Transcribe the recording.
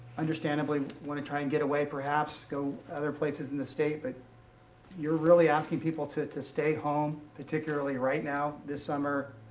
understandably wanna try and get away, perhaps go to other places in the state, but you're really asking people to to stay home, particularly right now this summer.